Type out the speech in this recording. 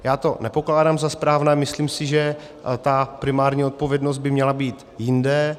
Já to nepokládám za správné, myslím si, že ta primární odpovědnost by měla být jinde.